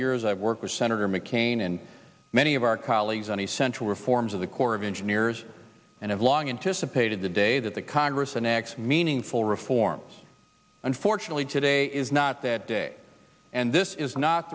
years i've worked with senator mccain and many of our colleagues on essential reforms of the corps of engineers and have long anticipated the day that the congress annex meaningful reforms unfortunately today is not that day and this is not